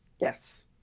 Yes